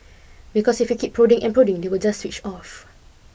because if you keep prodding and prodding they will just switch off